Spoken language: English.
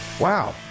wow